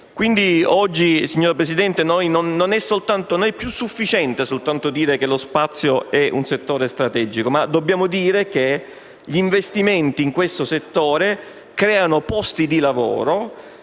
Quindi oggi, signora Presidente, non è più sufficiente soltanto dire che lo spazio è un settore strategico ma dobbiamo dire che gli investimenti in questo settore creano posti di lavoro